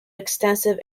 extensive